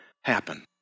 happen